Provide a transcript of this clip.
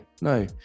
no